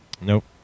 Nope